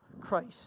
Christ